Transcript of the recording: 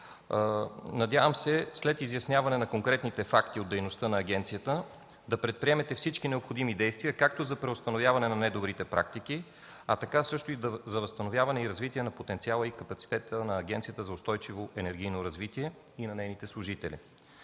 Надявам се, след изясняване на конкретните факти от дейността на агенцията, да предприемете всички необходими действия както за преустановяване на недобрите практики, така също и за възстановяване и развитие на потенциала и капацитета на Агенцията за устойчиво енергийно развитие и нейните служители.